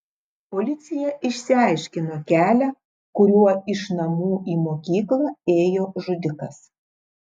policija išsiaiškino kelią kuriuo iš namų į mokyklą ėjo žudikas